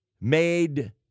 made